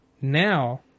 now